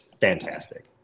fantastic